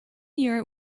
year